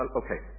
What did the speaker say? okay